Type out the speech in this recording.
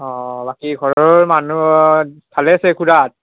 অ বাকী ঘৰৰ মানুহ ভালে আছে খুড়াহঁত